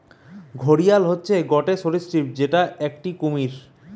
ঘড়িয়াল হতিছে গটে সরীসৃপ যেটো একটি কুমির